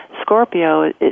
Scorpio